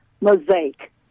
mosaic